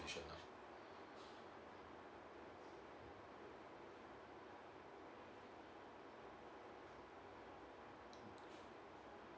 transition now